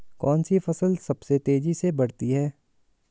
कौनसी फसल सबसे तेज़ी से बढ़ती है?